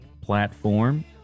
platform